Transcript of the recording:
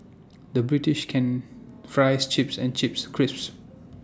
the British can Fries Chips and Chips Crisps